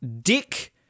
Dick